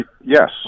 yes